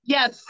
Yes